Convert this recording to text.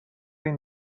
این